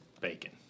bacon